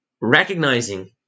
recognizing